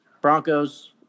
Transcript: Broncos